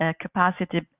capacity